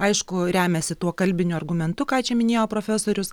aišku remiasi tuo kalbiniu argumentu ką čia minėjo profesorius